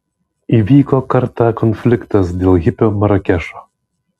įvyko kartą konfliktas dėl hipio marakešo